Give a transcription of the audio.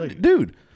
Dude